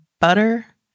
butter